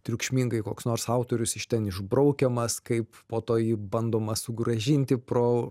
triukšmingai koks nors autorius iš ten išbraukiamas kaip po to jį bandoma sugrąžinti pro